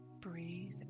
Breathe